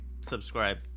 subscribe